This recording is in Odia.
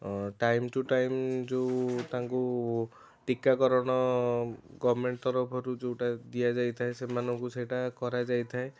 ଟାଇମ୍ ଟୁ ଟାଇମ୍ ଯେଉଁ ତାଙ୍କୁ ଟିକାକରଣ ଗଭର୍ଣ୍ଣମେଣ୍ଟ ତରଫରୁ ଯେଉଁଟା ଦିଆଯାଇଥାଏ ସେମନଙ୍କୁ ସେଇଟା କରାଯାଇଥାଏ